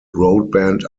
broadband